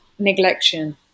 neglection